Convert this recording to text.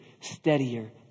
steadier